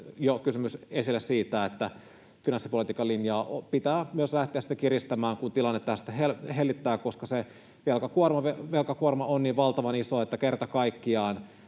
kysymys siitä, että finanssipolitiikan linjaa pitää myös lähteä kiristämään sitten, kun tilanne tästä hellittää, koska se velkakuorma on niin valtavan iso, että kerta kaikkiaan